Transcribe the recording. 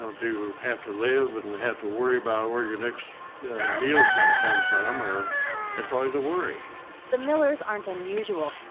to have to live and and have to worry about where your next meal's gonna come from. it's always a worry the millers aren't unusual.